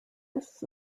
this